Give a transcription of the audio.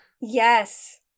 Yes